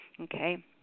Okay